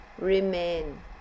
remain